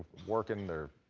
working. they're,